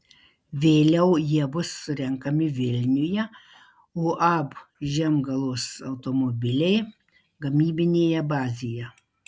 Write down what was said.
vėliau jie bus surenkami vilniuje uab žiemgalos automobiliai gamybinėje bazėje